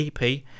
EP